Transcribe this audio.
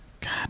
God